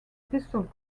pistol